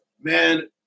man